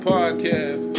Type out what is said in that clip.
Podcast